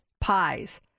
pies